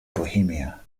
bohemia